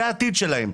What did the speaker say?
זה העתיד שלהם.